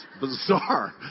bizarre